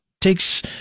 takes